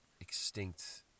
extinct